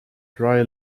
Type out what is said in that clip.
dry